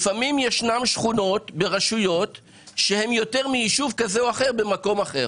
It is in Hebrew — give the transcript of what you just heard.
לפעמם יש שכונות ברשויות שהן יותר מיישוב כזה או אחר במקום אחר.